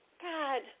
God